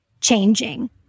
changing